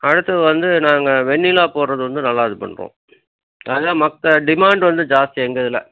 அடுத்து வந்து நாங்கள் வெண்ணிலா போடுறது வந்து நல்லா இது பண்ணுறோம் ஆனால் மற்ற டிமாண்ட் வந்து ஜாஸ்தி எங்கள் இதில்